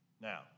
Now